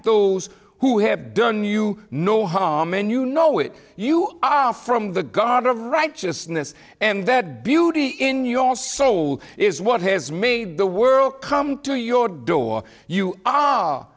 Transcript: those who have done you no harm and you know it you are from the god of righteousness and that beauty in your soul is what has made the world come to your door you